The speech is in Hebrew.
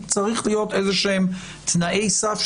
צריכים להיות תנאי סף,